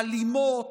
האלימות,